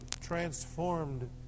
transformed